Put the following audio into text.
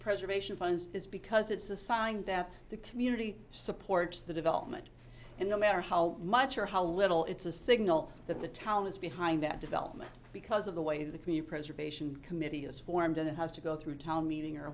preservation funds is because it's a sign that the community supports the development and no matter how much or how little it's a signal that the town is behind that development because of the way the community preservation committee is formed and it has to go through town meeting or